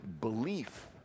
belief